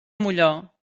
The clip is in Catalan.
molló